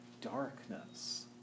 darkness